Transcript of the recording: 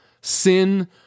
Sin